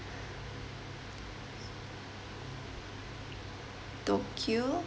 tokyo